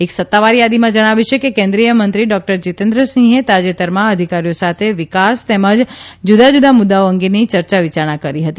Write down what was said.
એક સત્તાવાર યાદીમાં જણાવાયું છે કે કેન્દ્રિયમંત્રી ડોકટર જીતેન્દ્રસિંહ તાજેતરમાં અધિકારીઓ સાથે વિકાસ તેમજ જુદાજુદા મુદ્દાઓ અંગેની યર્યાવિયારણા કરી હતી